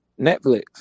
Netflix